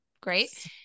great